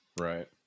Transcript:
Right